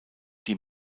die